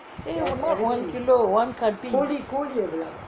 eh not one kilogram one கட்டி:kati